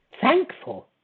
Thankful